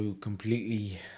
completely